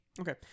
Okay